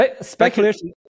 Speculation